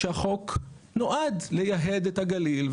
שהחוק נועד ליהד את הגליל.